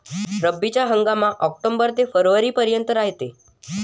रब्बीचा हंगाम आक्टोबर ते फरवरीपर्यंत रायते